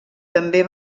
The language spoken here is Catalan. també